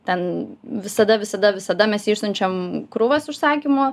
ten visada visada visada mes išsiunčiam krūvas užsakymų